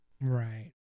Right